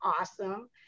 awesome